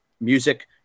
music